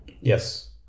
Yes